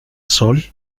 sol